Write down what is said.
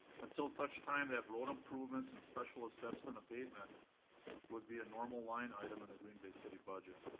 until such time that road improvements and special assessment abatement would be a normal line item in the green bay city budget.